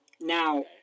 Now